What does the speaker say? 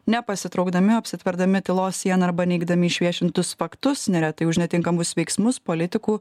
nepasitraukdami o apsitverdami tylos siena arba neigdami išviešintus faktus neretai už netinkamus veiksmus politikų